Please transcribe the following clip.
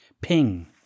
Ping